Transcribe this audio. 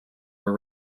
were